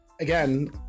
again